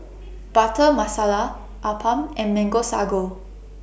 Butter Masala Appam and Mango Sago